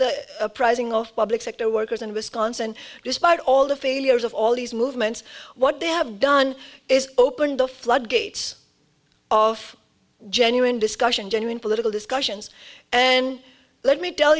the uprising of public sector workers in wisconsin despite all the failures of all these movements what they have done is opened the floodgates of genuine discussion genuine political discussions and let me tell